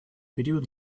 период